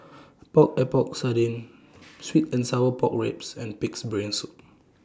Epok Epok Sardin Sweet and Sour Pork Ribs and Pig'S Brain Soup